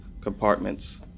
compartments